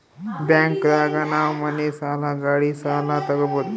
bank ದಾಗ ನಾವ್ ಮನಿ ಸಾಲ ಗಾಡಿ ಸಾಲ ತಗೊಬೋದು